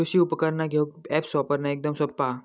कृषि उपकरणा घेऊक अॅप्स वापरना एकदम सोप्पा हा